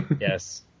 Yes